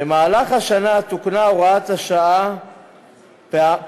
במהלך השנים תוקנה הוראת השעה פעמיים.